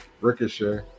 Ricochet